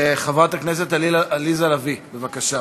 חברת הכנסת עליזה לביא, בבקשה.